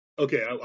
Okay